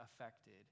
affected